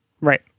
Right